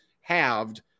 halved